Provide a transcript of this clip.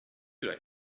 should